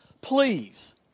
Please